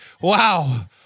Wow